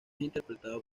interpretado